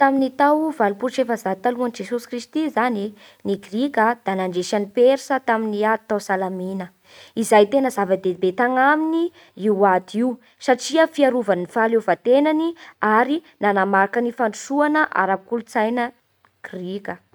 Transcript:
Tamin'ny tao valopolo sy efajato talohan'i Jesosy Kristy zany e, ny Grika da nandresy an'i Persa tamin'ny ady tao Salamina izay tena zava-dehibe tagnaminy io ady io satria fiarovany ny fahaleovan-tenany ary namarika ny fandrosoana ara-kolotsaina grika.